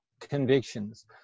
convictions